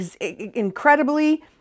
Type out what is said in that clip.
incredibly